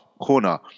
corner